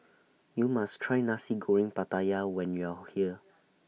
YOU must Try Nasi Goreng Pattaya when YOU Are here